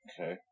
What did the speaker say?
Okay